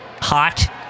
hot